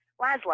Laszlo